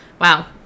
Wow